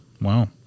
Wow